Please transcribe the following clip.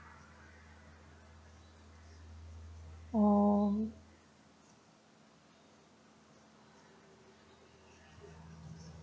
oh